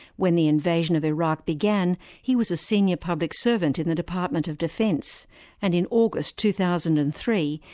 when the invasion of iraq began he was a senior public servant in the department of defence and in august two thousand and three,